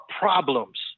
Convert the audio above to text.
problems